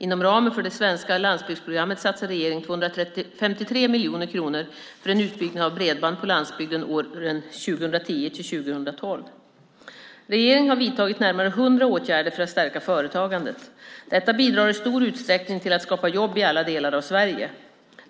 Inom ramen för det svenska landsbygdsprogrammet satsar regeringen 253 miljoner kronor för en utbyggnad av bredband på landsbygden under åren 2010-2012. Regeringen har vidtagit närmare hundra åtgärder för att stärka företagandet. Detta bidrar i stor utsträckning till att skapa jobb i alla delar av Sverige.